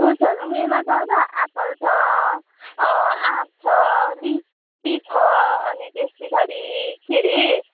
फ्रुट्सहरू मेरोमा छ त एप्पल छ अँ आँप छ लिच्ची छ अनि त्यस पछाडि के अरे